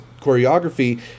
choreography